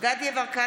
גדי יברקן,